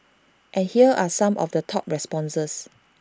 and here are some of the top responses